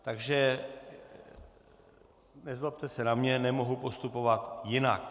Takže nezlobte se na mne, nemohu postupovat jinak.